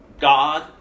God